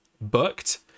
booked